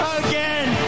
again